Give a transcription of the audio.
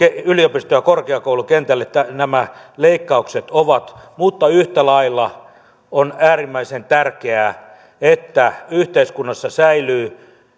yliopisto ja korkeakoulukentälle nämä leikkaukset ovat mutta yhtä lailla on äärimmäisen tärkeää että yhteiskunnassa säilyy